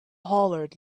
hollered